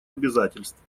обязательств